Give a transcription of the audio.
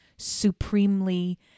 supremely